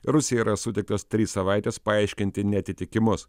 rusijai yra suteiktos trys savaitės paaiškinti neatitikimus